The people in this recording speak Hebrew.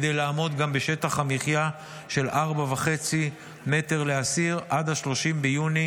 גם כדי לעמוד בשטח המחיה של ארבעה מטרים וחצי לאסיר עד 30 ביוני